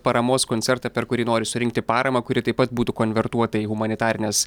paramos koncertą per kurį nori surinkti paramą kuri taip pat būtų konvertuota į humanitarines